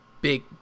big